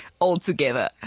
altogether